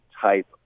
type